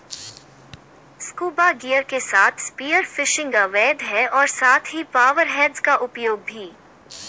scuba gear के साथ spear fishing अवैध है और साथ ही पावर हेड्स का उपयोग भी